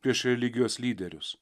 prieš religijos lyderius